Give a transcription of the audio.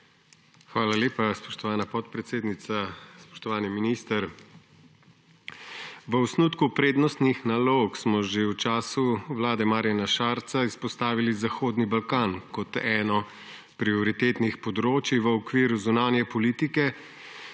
Hvala lepa, spoštovana podpredsednica. Spoštovani minister! V osnutku prednostnih nalog smo že v času vlade Marjana Šarca izpostavili Zahodni Balkan kot enega prioritetnih področju v okviru zunanje politike